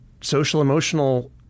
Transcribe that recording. social-emotional